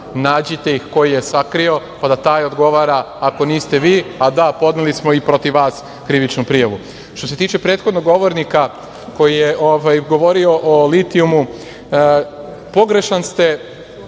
nađite ko ih je sakrio, pa da taj odgovara, ako niste vi. Da, podneli smo i protiv vas krivičnu prijavu. Što se tiče prethodnog govornika koji je govorio o litijumu, pogrešan ste